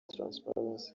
transparency